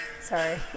sorry